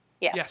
yes